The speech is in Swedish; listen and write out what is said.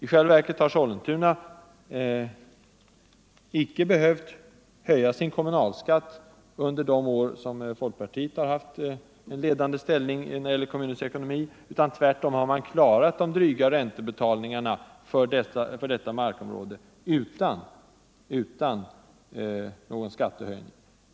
I själva verket har Sollentuna icke behövt höja sin kommunalskatt under de senaste fem åren, då folkpartiet har haft en ledande ställning i kommunens ekonomi. Man har tvärtom klarat de dryga räntebetalningarna för detta markområde, utan någon skattehöjning.